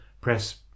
press